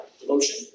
devotion